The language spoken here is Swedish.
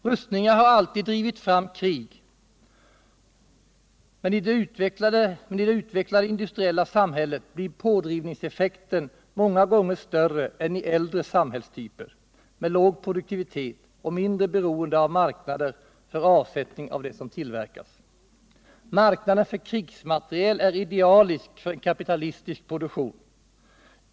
Rustningar har alltid drivit fram krig, men i det utvecklade industriella samhället blir pådrivningseffekten många gånger större än i äldre samhällstyper med låg produktivitet och mindre beroende av marknader för avsättning av det som tillverkas. Marknaden för krigsmateriel är idealisk för en kapitalistisk produktion.